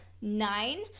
nine